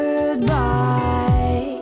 Goodbye